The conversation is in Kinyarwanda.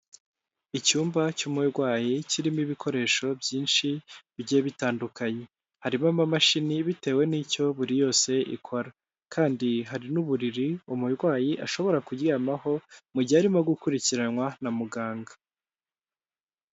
Icyumba cy'umurwayi kirimo ibikoresho byinshi bi bigiye bitandukanye, harimo amamashini bitewe n'icyo buri yose ikora, kandi hari n'uburiri umurwayi ashobora kuryamaho mu gihe arimo gukurikiranwa na muganga.